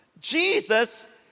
Jesus